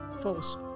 False